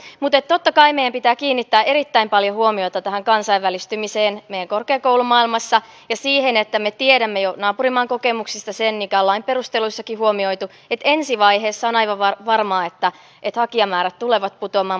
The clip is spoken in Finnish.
mutta totta kai meidän pitää kiinnittää erittäin paljon huomiota tähän kansainvälistymiseen meidän korkeakoulumaailmassa ja siihen että me tiedämme jo naapurimaan kokemuksista sen mikä on lain perusteluissakin huomioitu eli että ensi vaiheessa on aivan varmaa että hakijamäärät tulevat putoamaan